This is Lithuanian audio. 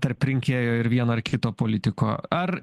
tarp rinkėjo ir vieno ir kito politiko ar